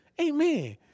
Amen